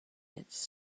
its